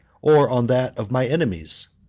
or on that of my enemies?